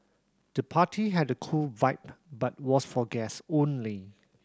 the party had a cool vibe but was for guests only